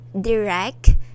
direct